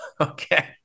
okay